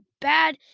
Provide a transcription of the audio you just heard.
bad